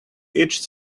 each